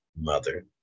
mother